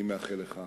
אני מאחל לך